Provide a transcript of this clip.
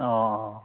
অঁ